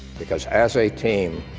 because as a team,